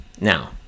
Now